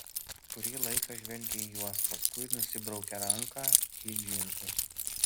kurį laiką žvelgė į juos paskui nusibraukė ranką į džinsus